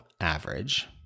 average